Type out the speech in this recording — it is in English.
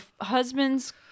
husband's